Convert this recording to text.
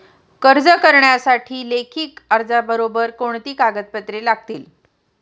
कर्ज करण्यासाठी लेखी अर्जाबरोबर कोणती कागदपत्रे लागतील?